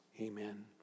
Amen